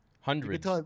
hundreds